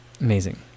amazing